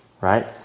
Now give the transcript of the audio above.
right